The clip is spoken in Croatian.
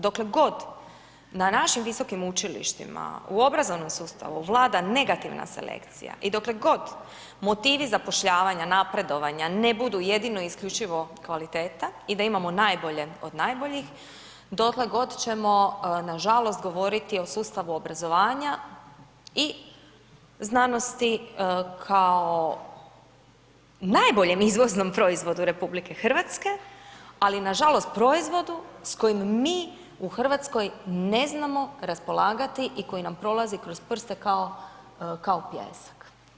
Dokle god, na našim visokim učilištima u obrazovnom sustavu, vlada negativna selekcija i dokle god motivi zapošljavanja, napredovanja, ne budu jedino i isključivo kvaliteta i da imamo najbolje od najboljih, dotle god ćemo nažalost, govoriti o sustavu obrazovanja i znanosti kao najboljem izvoznom proizvodu RH, ali, nažalost proizvodu, s kojim mi u Hrvatskoj, ne znamo raspolagati i koji nam prolazi kroz prste kao pijesak.